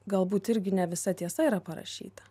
galbūt irgi ne visa tiesa yra parašyta